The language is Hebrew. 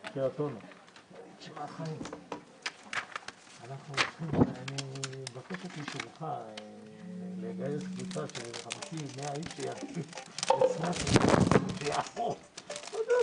11:10.